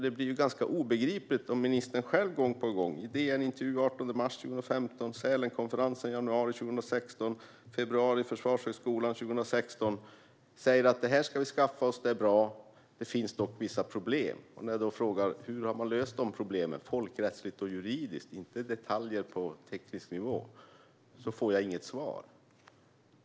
Det blir obegripligt om ministern gång på gång - DN-intervju den 18 mars 2015, Sälenkonferensen i januari 2016, Försvarshögskolan i februari 2016 - säger att dessa möjligheter ska införskaffas, att de är bra men att det finns vissa problem. När jag frågar hur man har löst problemen folkrättsligt och juridiskt, inte om detaljer på teknisk nivå, får jag inget svar.